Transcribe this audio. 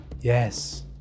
yes